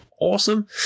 awesome